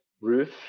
Roof